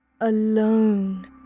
alone